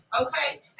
okay